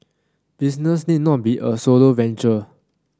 business need not be a solo venture